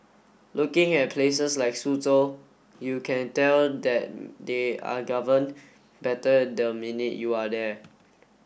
looking at places like Suzhou you can tell that they are governed better the minute you are there